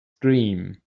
dream